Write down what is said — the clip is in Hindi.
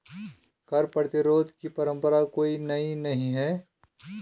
कर प्रतिरोध की परंपरा कोई नई नहीं है